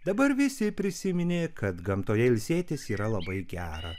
dabar visi prisiminė kad gamtoje ilsėtis yra labai gera